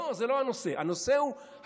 לא, זה לא הנושא, הנושא הוא המשילות: